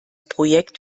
projekt